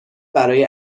برای